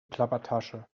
plappertasche